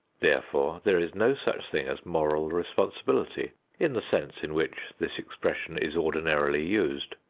therefore, there is no such thing as moral responsibility in the sense in which this expression is ordinarily used.